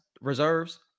Reserves